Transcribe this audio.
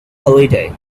holiday